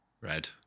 Red